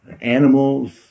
animals